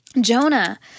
Jonah